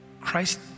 Christ